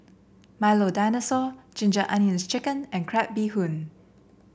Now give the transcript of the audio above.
Milo Dinosaur Ginger Onions chicken and Crab Bee Hoon